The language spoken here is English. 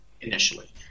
initially